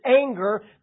anger